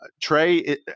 Trey